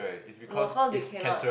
no cause they cannot